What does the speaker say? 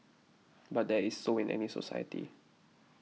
but that is so in any society